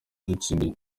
yatsindiye